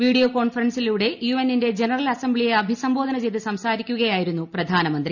video കോൺഫറൻസിലൂടെ യുഎന്നിന്റെ general assembly യെ അഭിസംബോധന ചെയ്ത് സംസാരിക്കുകയായിരുന്നു പ്രധാനമന്ത്രി